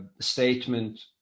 statement